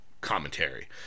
commentary